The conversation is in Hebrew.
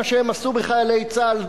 מה שהם עשו בחיילי צה"ל,